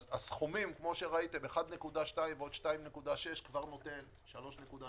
הסכומים, כפי שראיתם, 1.2 ועוד 2.6, נותן 3.8,